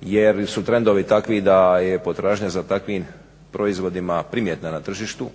jer su trendovi takvi da je potražnja za takvim proizvodima primjetna na tržištu